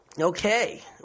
Okay